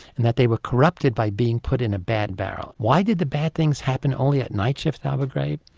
and that they were corrupted by being put in a bad barrel. why did the bad things happen only at night shift at abu ghraib?